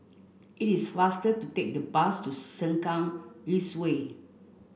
it is faster to take the bus to Sengkang East Way